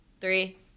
Three